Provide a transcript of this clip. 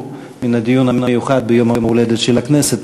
מן הדיון המיוחד ביום ההולדת של הכנסת,